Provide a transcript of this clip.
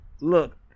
Look